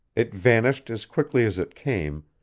it vanished as quickly as it came,